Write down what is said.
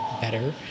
better